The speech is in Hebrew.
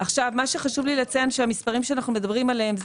חשוב לי לציין שהמספרים שאנחנו מדברים עליהם הם